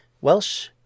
welsh